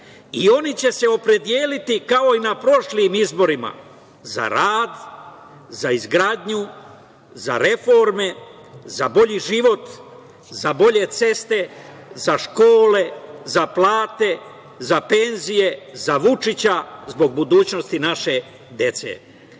i oni će se opredeliti, kao i na prošlim izborima, za rad, za izgradnju, za reforme, za bolji život, za bolje ceste, za škole, za plate, za penzije, za Vučića zbog budućnosti naše